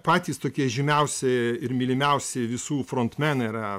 patys tokie žymiausi ir mylimiausių visų frontmenai yra